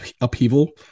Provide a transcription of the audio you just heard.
upheaval